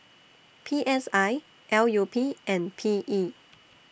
P S I L U P and P E